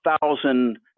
thousand